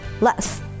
less